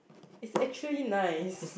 it's actually nice